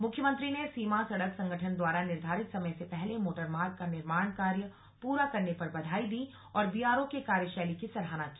मुख्यमंत्री ने सीमा सडक संगठन द्वारा निर्धारित समय से पहले मोटरमार्ग का निर्माण कार्य पूरा करने पर बधाई दी और बीआरओ के कार्यशैली की सराहना की